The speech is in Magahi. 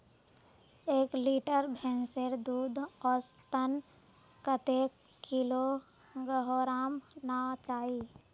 एक लीटर भैंसेर दूध औसतन कतेक किलोग्होराम ना चही?